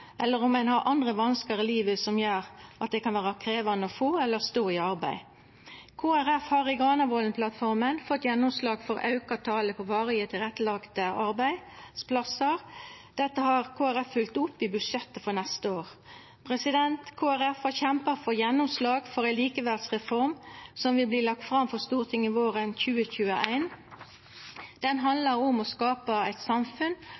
eller om ein har andre vanskar i livet som gjer at det kan vera krevjande å få, eller stå i, arbeid. Kristeleg Folkeparti har i Granavolden-plattforma fått gjennomslag for å auka talet på varig tilrettelagde arbeidsplassar. Dette har Kristeleg Folkeparti følgt opp i budsjettet for neste år. Kristeleg Folkeparti har kjempa for gjennomslag for ei likeverdsreform som vil verta lagd fram for Stortinget våren 2021. Ho handlar om å skapa eit samfunn